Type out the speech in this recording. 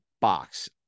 box